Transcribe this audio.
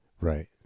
Right